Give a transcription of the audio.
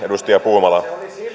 edustaja puumala